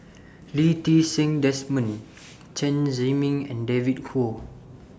Lee Ti Seng Desmond Chen Zhiming and David Kwo